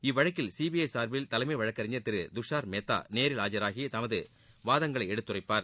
இவ்வழக்கில் ச்பிஜ சார்பில் தலைமை வழக்கறிஞர் திரு துஷார் மேத்தா நேரில் ஆஜாகி தனது வாதங்களை எடுத்துரைப்பார்